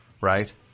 right